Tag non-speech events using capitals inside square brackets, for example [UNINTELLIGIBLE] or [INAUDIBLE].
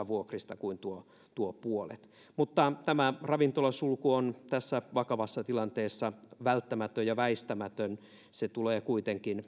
[UNINTELLIGIBLE] vuokrista kuin tuon puolet mutta tämä ravintolasulku on tässä vakavassa tilanteessa välttämätön ja väistämätön se tulee kuitenkin